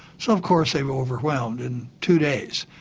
so of course they were overwhelmed in two days.